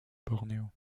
bornéo